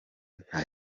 nta